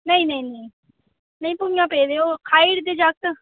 नेईं नेईं नेईं नेई भुं'ञां पेदे ओह् खाई ओड़दे जागत